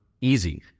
easy